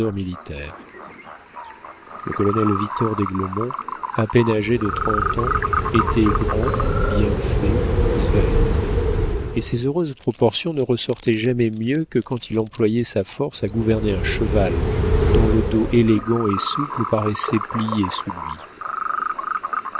militaire le colonel victor d'aiglemont à peine âgé de trente ans était grand bien fait svelte et ses heureuses proportions ne ressortaient jamais mieux que quand il employait sa force à gouverner un cheval dont le dos élégant et souple paraissait plier sous lui